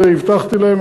את זה הבטחתי להם,